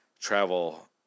travel